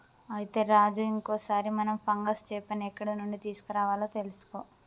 అయితే రాజు ఇంకో సారి మనం ఫంగస్ చేపని ఎక్కడ నుండి తీసుకురావాలో తెలుసుకో